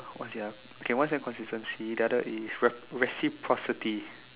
what is it ah okay one is that consistency the other is reciprocity